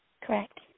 Correct